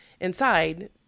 Inside